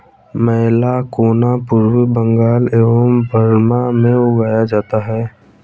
मैलाकोना पूर्वी बंगाल एवं बर्मा में उगाया जाता है